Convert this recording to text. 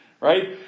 right